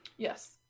Yes